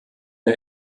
der